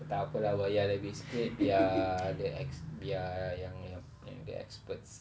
tak apa lah bayar lebih sikit biar the ex~ biar yang yang yang the experts